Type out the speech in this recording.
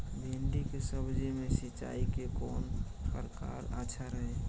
भिंडी के सब्जी मे सिचाई के कौन प्रकार अच्छा रही?